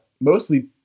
mostly